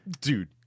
Dude